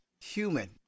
human